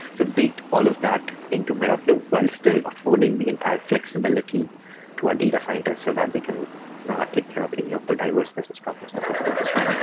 bake all of that into metaflow while still affording the entire flexibility to our data scientist so that they can and ah take care of any of the diverse business problems that they are focused on.